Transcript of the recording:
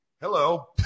Hello